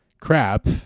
crap